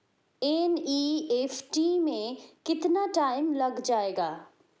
NEFT में कितना time लग जाएगा?